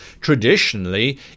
traditionally